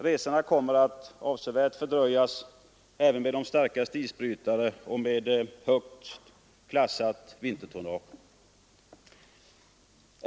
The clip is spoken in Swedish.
Resorna kommer att avsevärt fördröjas även med de starkaste isbrytare och med högt klassat vintertonnage.